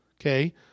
Okay